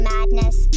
Madness